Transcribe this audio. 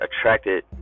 attracted